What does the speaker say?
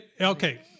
Okay